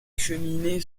cheminées